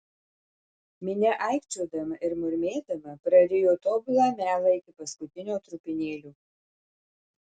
minia aikčiodama ir murmėdama prarijo tobulą melą iki paskutinio trupinėlio